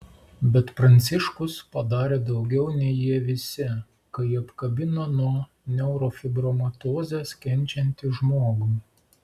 bet pranciškus padarė daugiau nei jie visi kai apkabino nuo neurofibromatozės kenčiantį žmogų